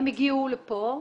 הם הגיעו לפה,